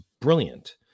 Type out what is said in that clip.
brilliant